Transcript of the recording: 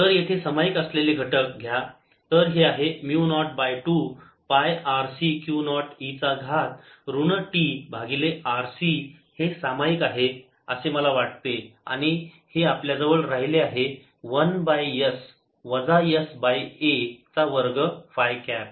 तर येथे सामायिक असलेले घटक घ्या तर हे आहे mu naught by 2 pi RC Q naught e चा घात ऋण t भागिले RC हे सामायिक आहे असे मला वाटते आणि हे आपल्याजवळ राहिले आहे 1 बाय s वजा s बाय a चा वर्ग फाय कॅप